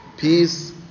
peace